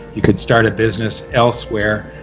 you could start a business elsewhere,